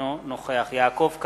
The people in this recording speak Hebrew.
אינו נוכח יעקב כץ,